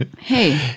hey